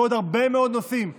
ועוד הרבה מאוד נושאים בגליל.